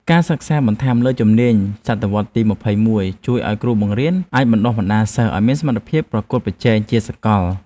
ការសិក្សាបន្ថែមលើជំនាញសតវត្សទីម្ភៃមួយជួយឱ្យគ្រូបង្រៀនអាចបណ្តុះបណ្តាលសិស្សឱ្យមានសមត្ថភាពប្រកួតប្រជែងជាសកល។